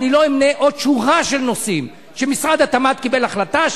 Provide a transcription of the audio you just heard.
לא אמנה עוד שורה של נושאים שמשרד התמ"ת קיבל בהחלטה,